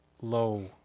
low